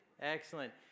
Excellent